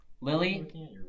Lily